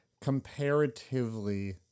Comparatively